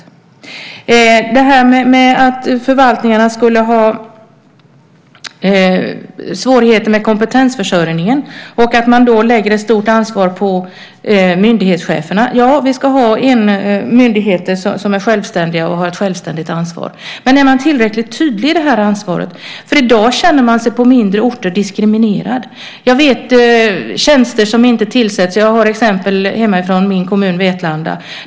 När det gäller att förvaltningarna skulle ha svårigheter med kompetensförsörjningen och att man då lägger ett stort ansvar på myndighetscheferna ska vi ha myndigheter som är självständiga och har ett självständigt ansvar. Men är man tillräckligt tydlig i det ansvaret? I dag känner man sig på mindre orter diskriminerad. Jag vet att det finns tjänster som inte tillsätts. Jag har exempel på det från min hemkommun Vetlanda.